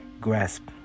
grasp